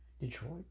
Detroit